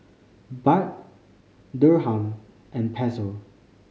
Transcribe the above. Baht Dirham and Peso